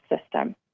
system